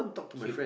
cute